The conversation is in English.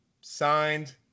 signed